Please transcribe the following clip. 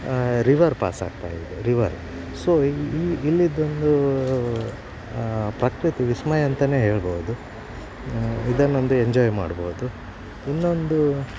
river pass ಆಗ್ತಾಯಿದೆ river so ಇಲ್ಲಿ ಇಲ್ಲಿ ಇಲ್ಲಿದು ಒಂದು ಪ್ರಕೃತಿ ವಿಸ್ಮಯ ಅಂತ ಹೇಳ್ಬೋದು ಇದನ್ನೊಂದು ಎಂಜಾಯ್ ಮಾಡ್ಬೋದು ಇನ್ನೊಂದು